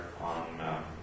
on